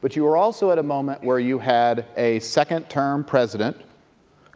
but you were also at a moment where you had a second-term president